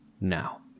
Now